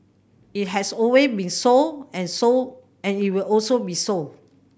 it has always been so and so and it will also be so